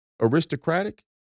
aristocratic